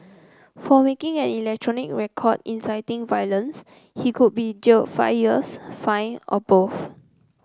for making an electronic record inciting violence he could be jailed five years fined or both